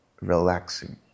relaxing